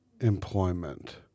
employment